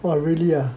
!wah! really ah